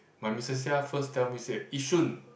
but missus Ya first tell me said Yishun